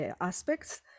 aspects